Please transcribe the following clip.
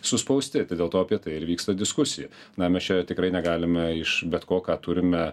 suspausti tai dėl to apie tai ir vyksta diskusija na mes čia tikrai negalime iš bet ko ką turime